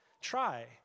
Try